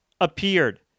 appeared